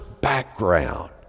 background